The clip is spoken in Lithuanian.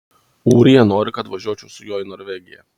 ūrija nori kad važiuočiau su juo į norvegiją